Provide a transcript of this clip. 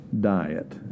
diet